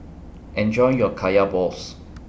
Enjoy your Kaya Balls